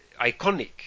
iconic